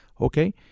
okay